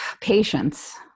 patience